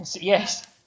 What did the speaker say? Yes